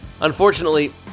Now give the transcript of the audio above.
Unfortunately